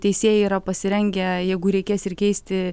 teisėjai yra pasirengę jeigu reikės ir keisti